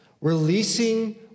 releasing